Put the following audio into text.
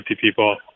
people